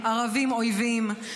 "ערבים אויבים",